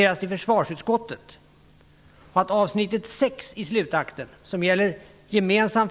Fru talman!